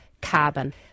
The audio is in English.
carbon